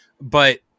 But-